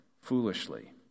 foolishly